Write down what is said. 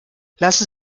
lassen